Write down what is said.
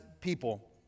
people